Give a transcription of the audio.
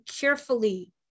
carefully